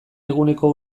eguneko